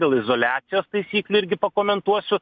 dėl izoliacijos taisyklių irgi pakomentuosiu